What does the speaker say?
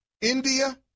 India